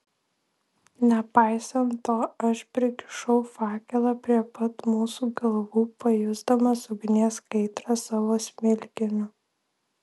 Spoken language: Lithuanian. nepaisant to aš prikišau fakelą prie pat mūsų galvų pajusdamas ugnies kaitrą savo smilkiniu